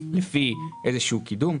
לפי איזשהו קידום.